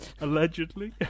Allegedly